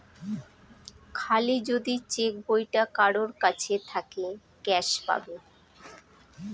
খালি যদি চেক বইটা কারোর কাছে থাকে ক্যাস পাবে